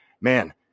Man